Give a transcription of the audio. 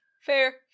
Fair